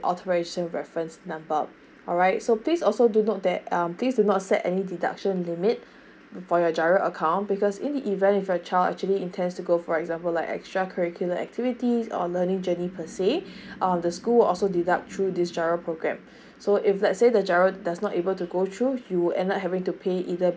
alteration reference number alright so please also do note that um please do not set any deduction limit for your giro account because in the event if your child actually intend to go for example like extra curricular activities or learning journey per se um the school also deduct through this giro program so if let's say the giro does not able to go through you would end up having to pay either